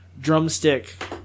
drumstick